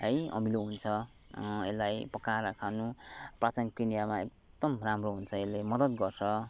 है अमिलो हुन्छ यसलाई पकाएर खानु पाचन क्रियामा एकदम राम्रो हुन्छ यसले मद्दत गर्छ